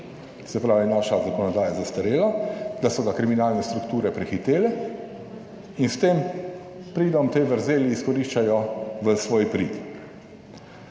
se pravi, naša zakonodaja zastarela, da so ga kriminalne strukture prehitele, in s tem pridom te vrzeli izkoriščajo v svoj prid.